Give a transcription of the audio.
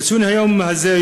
לציון היום הזה,